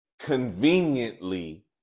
conveniently